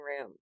room